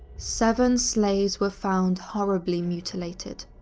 seven slaves were found horribly mutilated.